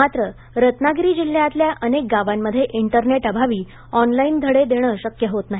मात्र रत्नागिरी जिल्ह्यातल्या अनेक गावांमध्ये इंटरनेटअभावी ऑनलाइन धडे देणं शक्य होत नाही